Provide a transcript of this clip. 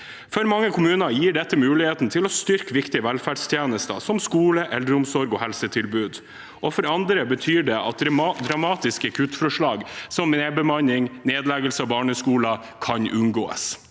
For mange kommuner gir dette muligheten til å styrke viktige velferdstjenester som skole, eldreomsorg og helsetilbud. For andre betyr det at dramatiske kuttforslag, som nedbemanning og nedleggelse av barneskoler, kan unngås.